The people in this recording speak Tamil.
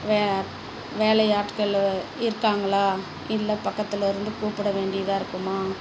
வே வேலையாட்கள் இருக்காங்களா இல்லை பக்கத்தில் இருந்து கூப்பிட வேண்டியதாக இருக்குமா